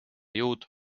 jõud